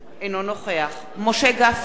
אינו נוכח משה גפני,